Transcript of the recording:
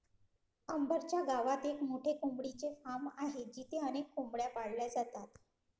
अंबर च्या गावात एक मोठे कोंबडीचे फार्म आहे जिथे अनेक कोंबड्या पाळल्या जातात